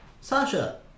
Sasha